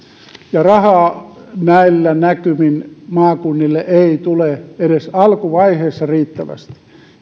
rahaa näillä näkymin maakunnille ei tule edes alkuvaiheessa riittävästi